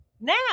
now